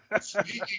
Speaking